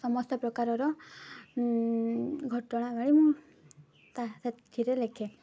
ସମସ୍ତ ପ୍ରକାରର ଘଟଣା ଭଳି ମୁଁ ତା ସେଥିରେ ଲେଖେ